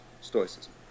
Stoicism